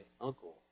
uncle